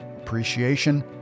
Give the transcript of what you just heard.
appreciation